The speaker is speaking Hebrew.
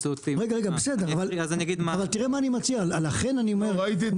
תראה מה אני מציע, לכן אני אומר,